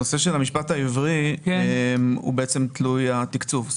הנושא של המשפט העברי הוא תלוי התקצוב.